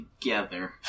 together